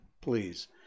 please